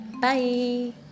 bye